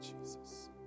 Jesus